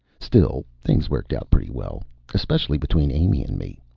still, things worked out pretty well especially between amy and me.